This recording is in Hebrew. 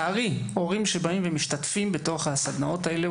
הורים שבאים ומשתתפים בתוך הסדנאות האלה,